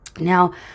now